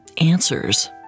answers